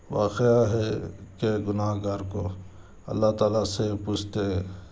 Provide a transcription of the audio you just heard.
واقعہ ہے کہ گناہ گار کو اللہ تعالیٰ سے پوچھتے